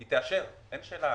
היא תאשר, אין שאלה